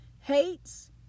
hates